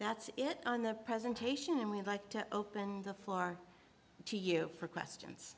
that's it on the presentation and we like to open the floor to you for questions